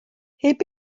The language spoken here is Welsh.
heb